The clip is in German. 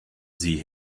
sie